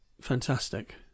fantastic